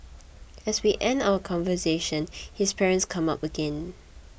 as we end our conversation his parents come up again